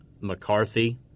McCarthy